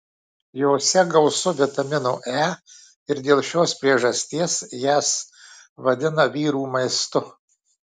jose gausu vitamino e ir dėl šios priežasties jas vadina vyrų maistu